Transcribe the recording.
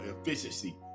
efficiency